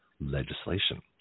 legislation